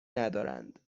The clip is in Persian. ندارند